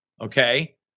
okay